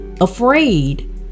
afraid